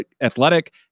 athletic